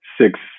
six